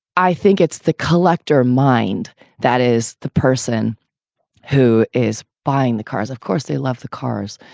i think it's the collector mind that is the person who is buying the cars. of course, they love the cars,